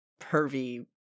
pervy